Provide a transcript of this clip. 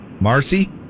Marcy